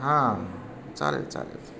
हां चालेल चालेल